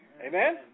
Amen